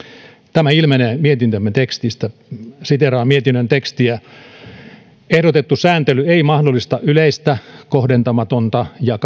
tämä ilmenee mietintömme tekstistä siteeraan mietinnön tekstiä ehdotettu sääntely ei mahdollista yleistä kohdentamatonta ja